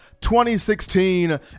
2016